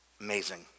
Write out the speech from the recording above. Amazing